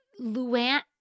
Luann